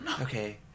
Okay